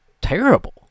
terrible